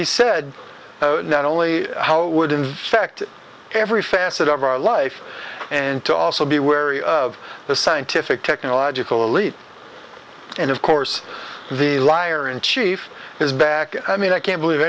he said not only how it would in effect every facet of our life and to also be wary of the scientific technological elite and of course the liar in chief is back i mean i can't believe